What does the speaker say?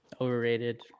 Overrated